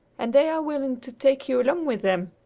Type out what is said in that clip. and they are willing to take you along with them!